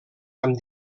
amb